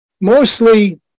mostly